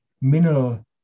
mineral